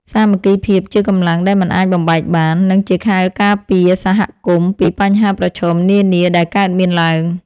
សាមគ្គីភាពជាកម្លាំងដែលមិនអាចបំបែកបាន និងជាខែលការពារសហគមន៍ពីបញ្ហាប្រឈមនានាដែលកើតមានឡើង។